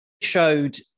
showed